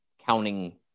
counting